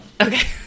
okay